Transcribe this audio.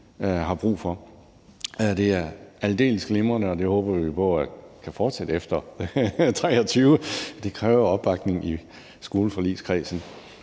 har brug for. Det er aldeles glimrende, og det håber vi på kan fortsætte efter 2023. Det kræver opbakning i skoleforligskredsen.